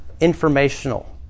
informational